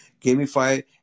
gamify